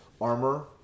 armor